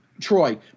troy